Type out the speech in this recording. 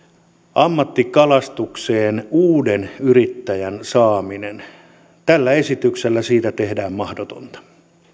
ammattikalastukseen uuden yrittäjän saamisesta tällä esityksellä tehdään mahdotonta